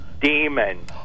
demon